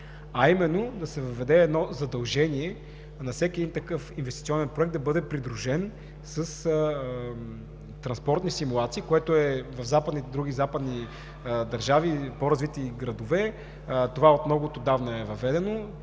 а именно да се въведе едно задължение всеки един такъв инвестиционен проект да бъде придружен с транспортни симулации, което в другите западни държави и по-развити градове е много отдавна въведено.